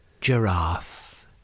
giraffe